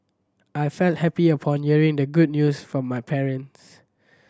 I felt happy upon hearing the good news from my parents